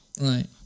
Right